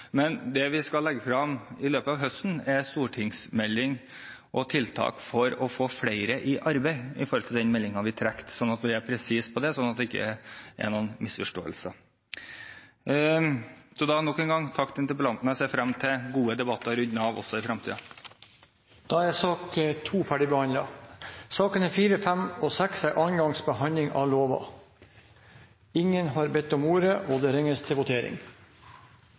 Men det vi skal legge frem i løpet av høsten, er en stortingsmelding og tiltak for å få flere i arbeid – med tanke på den meldingen vi trakk – sånn at vi er presise på det, og at det ikke er noen misforståelser. Nok en gang: Takk til interpellanten, jeg ser frem til gode debatter rundt Nav også i fremtiden. Debatten i sak nr. 3 er avsluttet. Ingen har bedt om ordet. Ingen har bedt om ordet. Ingen har bedt om ordet. Etter at det var ringt votering, uttalte Da går vi til votering.